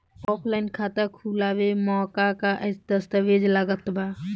Offline खाता खुलावे म का का दस्तावेज लगा ता?